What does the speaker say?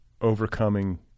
overcoming